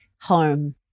home